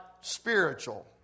spiritual